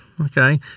Okay